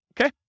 okay